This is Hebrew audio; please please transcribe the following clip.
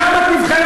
שם את נבחרת